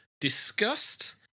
discussed